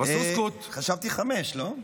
עופר כסיף (חד"ש-תע"ל): חשבתי חמש, לא?